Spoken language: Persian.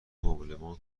مبلمان